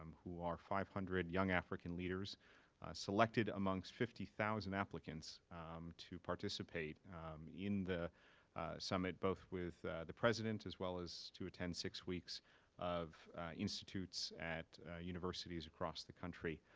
um who are five hundred young african leaders selected amongst fifty thousand applicants to participate in the summit, both with the president, as well as to attend six weeks of institutes at universities across the country.